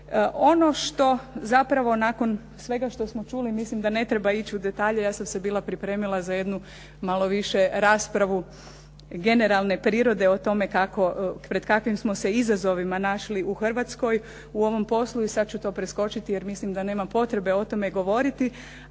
Ono što zapravo nakon svega što smo čuli mislim da ne treba ići u detalje. Ja sam se bila pripremila za jednu malo više raspravu generalne prirode o tome kako, pred kakvim smo se izazovima našli u Hrvatskoj u ovom poslu i sad ću to preskočiti jer mislim da nema potrebe o tome govoriti.